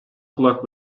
kulak